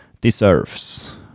deserves